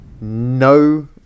no